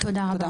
תודה.